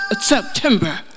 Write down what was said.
September